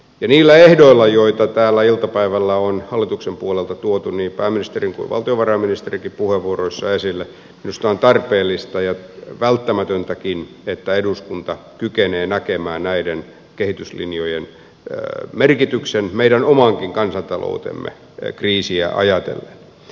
ja niillä ehdoilla joita täällä iltapäivällä on hallituksen puolelta tuotu niin pääministerin kuin valtiovarainministerinkin puheenvuoroissa esille minusta on tarpeellista ja välttämätöntäkin että eduskunta kykenee näkemään näiden kehityslinjojen merkityksen meidän omankin kansantaloutemme kriisiä ajatellen